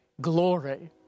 glory